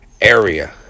area